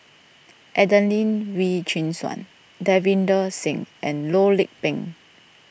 Adelene Wee Chin Suan Davinder Singh and Loh Lik Peng